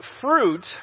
Fruit